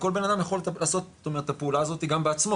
כל בן אדם יכול לעשות זאת אומרת את הפעולה הזאת גם בעצמו.